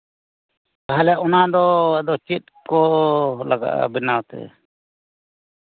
ᱛᱟᱦᱚᱞᱮ ᱚᱱᱟ ᱫᱚ ᱟᱫᱚ ᱪᱮᱫ ᱠᱚ ᱞᱟᱜᱟᱜᱼᱟ ᱵᱮᱱᱟᱣᱛᱮ